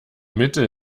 mittel